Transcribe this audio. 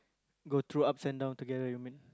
go through ups and down together you mean